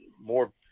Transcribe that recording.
more